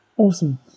Awesome